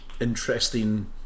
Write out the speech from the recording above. interesting